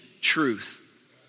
truth